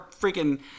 freaking